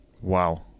Wow